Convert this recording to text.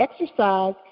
exercise